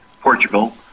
Portugal